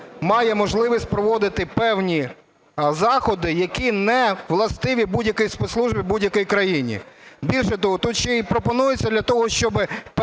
має можливість проводити певні заходи, які не властиві будь-якій спецслужбі у будь-якій країні. Більше того, тут ще пропонується для того, щоб